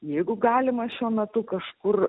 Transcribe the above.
jeigu galima šiuo metu kažkur